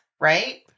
right